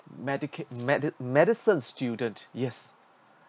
medica~ medi~ medicine student yes